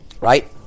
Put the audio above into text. Right